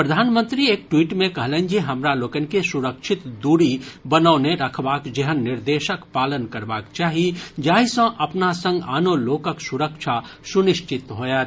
प्रधानमंत्री एक ट्वीट मे कहलनि जे हमरा लोकनि के सुरक्षित दूरी बनौने रखबाक जेहन निर्देशक पालन करबाक चाही जाहि सँ अपना संग आनो लोकक सुरक्षा सुनिश्चित होयत